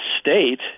state